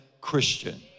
Christian